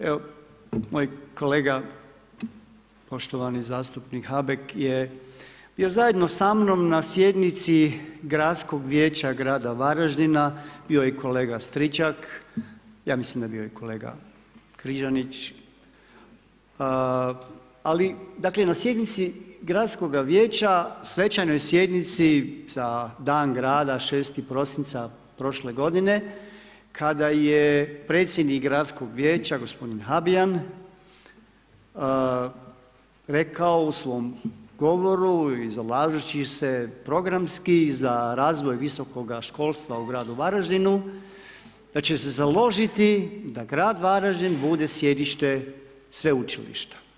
Evo, moj kolega poštovani zastupnik Habek je zajedno sa mnom na sjednici gradskog vijeća grada Varaždina, bio je i kolega Stričak, ja mislim da je bio i kolega Križanić, ali, dakle, na sjednici gradskoga vijeća, svečanoj sjednici, za dan grada 6.12. prošle godine, kada je predsjednik gradskog vijeća gospodin Habijan, rekao u svom govori i zalažući se programski i za razvoj visokoga školstva u gradu Varaždinu, da će se založiti da grad Varaždin bude sjedište sveučilišta.